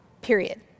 period